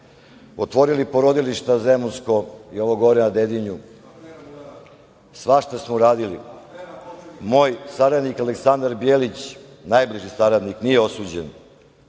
otvorili porodilišta, zemunsko i ovo gore na Dedinju, svašta smo uradili. Moj saradnik Aleksandar Bjelić, najbliži saradnik, nije osuđen